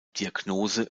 diagnose